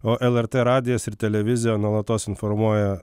o lrt radijas ir televizija nuolatos informuoja